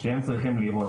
שהם צריכים לראות.